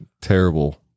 terrible